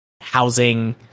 housing